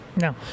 no